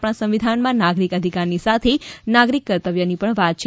આપણા સંવિધાનમાં નાગરિક અધિકારની સાથે નાગરીક કર્તવ્યની પણ વાત છે